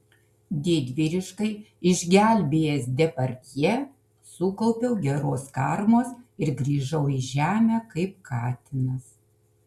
didvyriškai išgelbėjęs depardjė sukaupiau geros karmos ir grįžau į žemę kaip katinas